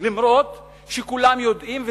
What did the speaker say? גם אם כולם יודעים,